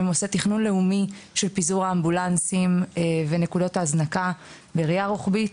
תכנון לאומי של פיזור האמבולנסים ונקודות ההזנקה בראייה רוחבית,